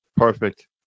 Perfect